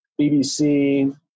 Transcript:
BBC